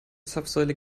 zapfsäule